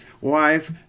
wife